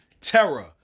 terror